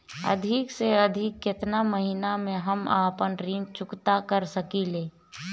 अधिक से अधिक केतना महीना में हम आपन ऋण चुकता कर सकी ले?